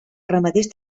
ramaders